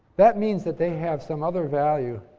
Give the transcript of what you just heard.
that means that they have some other value.